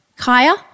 Kaya